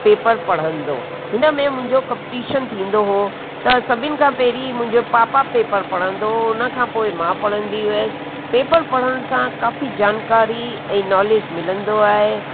paper पढ़ंदो हिन में मुंहिंजो कंप्टिशन थींदो हो त सभिनि खां पहिरीं मुंहिंजो पापा पेपर पढ़ंदो हो हुन खां पोएं मां पढ़ंदी हुयसि पेपर पढ़ण सां काफ़ी जानकारी ऐं नॉलेज मिलंदो आहे